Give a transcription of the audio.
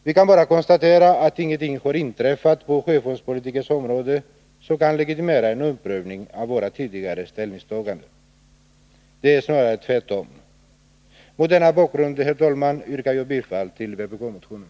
Vi kan bara konstatera att ingenting har inträffat på I sjöfartspolitikens område som kan legitimera en omprövning av våra tidigare ställningstaganden — snarare tvärtom. Mot denna bakgrund, herr talman, yrkar jag bifall till vpk-motionen.